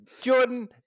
jordan